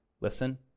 listen